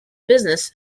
business